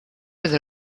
with